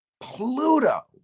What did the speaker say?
Pluto